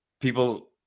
people